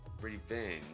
revenge